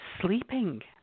sleeping